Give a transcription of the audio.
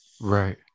Right